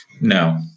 No